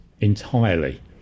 entirely